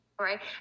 right